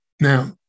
now